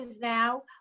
now